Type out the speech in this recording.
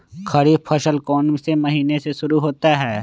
खरीफ फसल कौन में से महीने से शुरू होता है?